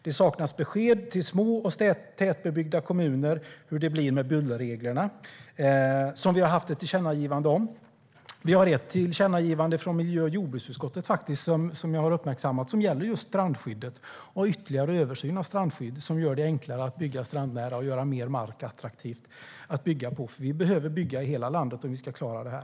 Det saknas besked till små och tätbebyggda kommuner om hur det blir med bullerreglerna, vilket vi har haft ett tillkännagivande om. Vi har faktiskt ett tillkännagivande från miljö och jordbruksutskottet som jag har uppmärksammat och som gäller strandskyddet. Det gäller en ytterligare översyn av strandskyddet som gör det enklare att bygga strandnära och göra mer mark attraktiv att bygga på. Vi behöver nämligen bygga i hela landet om vi ska klara detta.